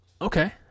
Okay